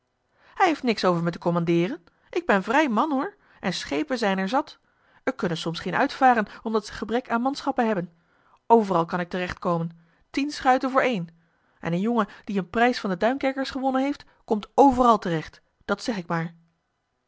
hij heeft niks over mij te commandeeren ik ben vrij man hoor en schepen zijn er zat er kunnen soms geen uitvaren omdat ze gebrek aan manschappen hebben overal kan ik terecht komen tien schuiten voor één en een jongen die een prijs van de duinkerkers gewonnen heeft komt overal terecht dat zeg ik maar